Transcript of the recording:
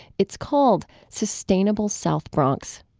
it's called sustainable south bronx.